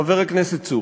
חבר הכנסת צור,